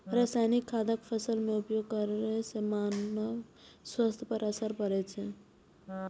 रासायनिक खादक फसल मे उपयोग करै सं मानव स्वास्थ्य पर असर पड़ै छै